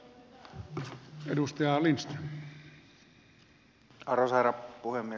arvoisa herra puhemies